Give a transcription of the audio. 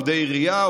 עובדי עירייה,